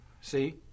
See